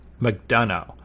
McDonough